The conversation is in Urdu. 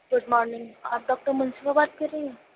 گڈ مارنںگ آپ ڈاکٹر منصفہ بات کر رہی ہیں